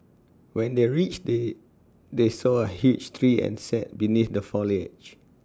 when they reached they they saw A huge tree and sat beneath the foliage